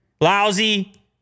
lousy